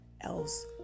else